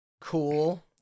Cool